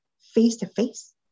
face-to-face